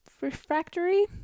refractory